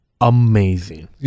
amazing